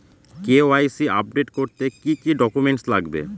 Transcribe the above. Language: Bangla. কে.ওয়াই.সি আপডেট করতে কি কি ডকুমেন্টস লাগবে?